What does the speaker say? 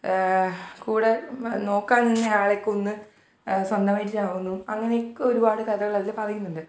കൂടെ നോക്കാൻ നിന്ന ആളെ കൊന്ന് സ്വന്തമായിട്ട് ചാവുന്നു അങ്ങനെയൊക്കെ ഒരുപാട് കഥകളിൽ പറയുന്നുണ്ട്